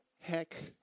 heck